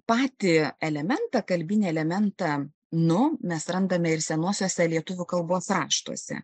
patį elementą kalbinį elementą nu mes randame ir senuosiuose lietuvių kalbos raštuose